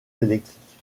électrique